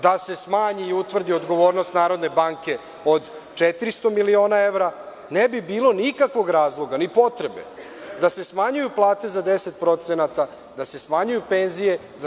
Da se smanji i utvrdi odgovornost Narodne banke od 400 miliona evra ne bi bilo nikakvog razloga ni potrebe da se smanjuju plate za 10%, da se smanjuju penzije za…